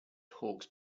hawkes